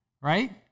Right